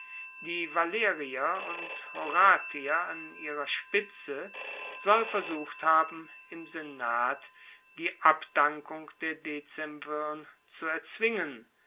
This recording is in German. die valerier und horatier an ihrer spitze soll versucht haben im senat die abdankung der dezemvirn zu erzwingen